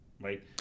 right